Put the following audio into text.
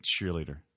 cheerleader